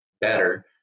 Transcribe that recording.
better